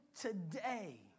today